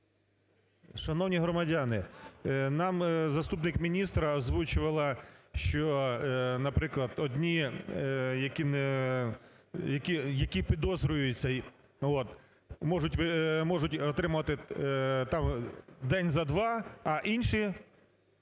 Шановні громадяни! Нам заступник міністра озвучувала, що, наприклад, одні, які підозрюються, можуть отримувати день за два, а інші